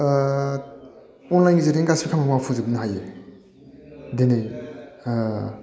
अनलाइननि गेजेरजों गासैबो खामानि मावफुंजोबनो हायो दिनै